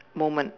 moment